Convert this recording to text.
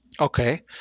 Okay